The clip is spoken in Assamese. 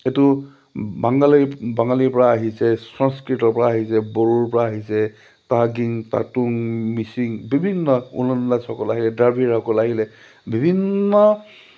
এইটো বাংগালী বাঙালীৰপৰা আহিছে সংস্কৃতৰপৰা আহিছে বড়োৰপৰা আহিছে টাগিং তাতুং মিচিং বিভিন্ন দাসসকল আহিলে দ্ৰাবিড়সকল আহিলে বিভিন্ন